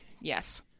Yes